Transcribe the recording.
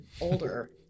older